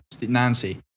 Nancy